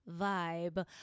vibe